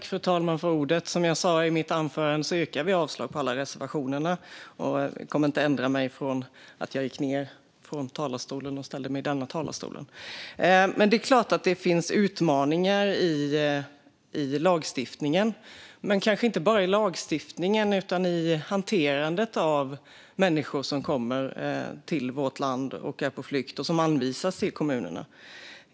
Fru talman! Som jag sa i mitt anförande yrkar vi avslag på alla reservationer. Jag har inte ändrat mig från att jag lämnade den talarstolen till att jag ställde mig i den här talarstolen. Det är klart att det finns utmaningar i lagstiftningen men kanske inte bara i lagstiftningen utan i hanterandet av människor på flykt som kommer till vårt land och anvisas till kommunerna.